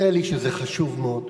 נראה לי שזה חשוב מאוד.